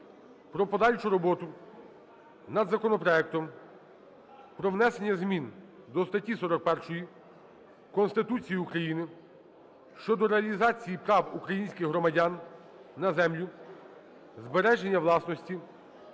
про подальшу роботу над законопроектом про внесення змін до статті 41 Конституції України щодо реалізації прав українських громадян на землю, збереження власності